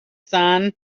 sun